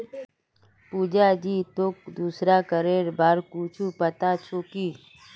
पुजा जी, तोक दूसरा करेर बार कुछु पता छोक की